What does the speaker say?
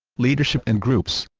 leadership and groups